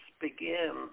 begin